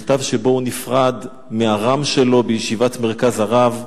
מכתב שבו הוא נפרד מהר"מ שלו בישיבת "מרכז הרב",